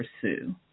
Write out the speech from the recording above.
pursue